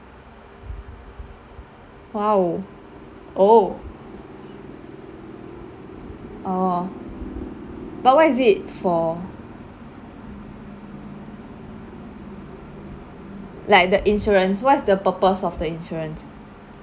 !wow! oh oh but what is it for like the insurance what's the purpose of the insurance